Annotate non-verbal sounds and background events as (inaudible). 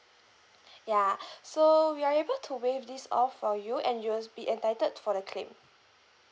ya (breath) so we are able to waive this off for you and you'll be entitled for the claim